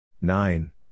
Nine